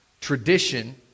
Tradition